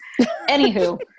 Anywho